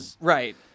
Right